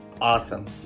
Awesome